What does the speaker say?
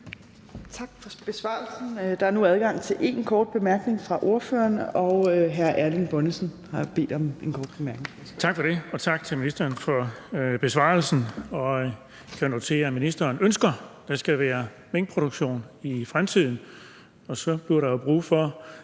Tak for besvarelsen. Der er nu adgang til en kort bemærkning fra ordførerne. Hr. Erling Bonnesen har bedt om en kort bemærkning. Værsgo. Kl. 19:58 Erling Bonnesen (V): Tak for det. Og tak til ministeren for besvarelsen. Jeg noterer mig, at ministeren ønsker, at der skal være minkproduktion i fremtiden, og så bliver der jo brug for